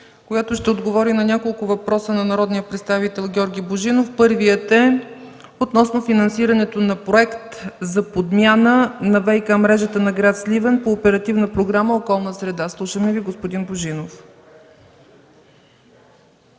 която ще отговори на няколко въпроса на народния представител Георги Божинов. Първият въпрос е относно финансирането на проект за подмяна на ВиК мрежата на гр. Сливен по Оперативна програма „Околна среда”. Слушаме Ви, господин Божинов.